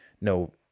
No –